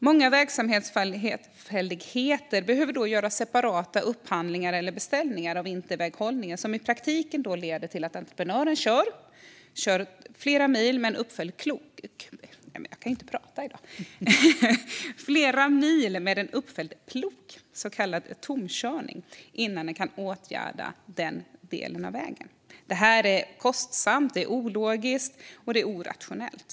Många vägsamfälligheter behöver därför göra separata upphandlingar eller beställningar av vinterväghållning. I praktiken leder det till att entreprenören kör flera mil med uppfälld plog, så kallad tomkörning, innan man kan åtgärda den aktuella vägsamfälligheten. Det här är kostsamt och logistiskt orationellt.